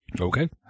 Okay